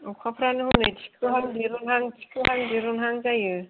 अखाफोरानो हनै थिखोहां दिरुनहां थिखोहां दिरुनहां जायो